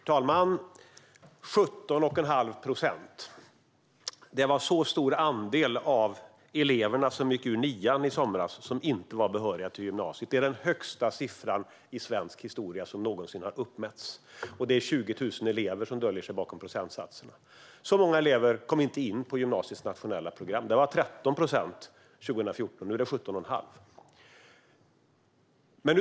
Herr talman! 17,5 procent - en så stor andel av eleverna som gick ut nian i somras var inte behöriga till gymnasiet. Det är den högsta siffra som någonsin har uppmätts i svensk historia. Det är 20 000 elever som döljer sig bakom procentsatsen. Så många elever kom inte in på gymnasiets nationella program. Det var 13 procent år 2014, och nu är det alltså 17 1⁄2 procent.